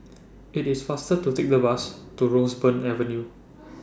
IT IS faster to Take The Bus to Roseburn Avenue